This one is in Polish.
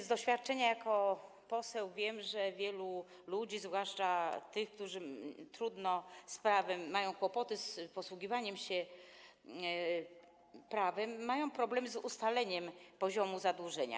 Z doświadczenia jako poseł wiem, że wielu ludzi, zwłaszcza tych, którzy w trudnej sprawie mają kłopoty z posługiwaniem się prawem, ma problemy z ustaleniem poziomu zadłużenia.